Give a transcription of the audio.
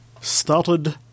Started